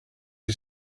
you